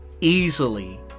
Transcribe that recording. easily